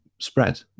spread